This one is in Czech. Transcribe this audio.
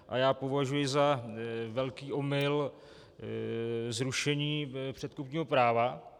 A já považuji za velký omyl zrušení předkupního práva.